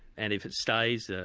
and if it stays, ah